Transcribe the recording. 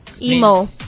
Emo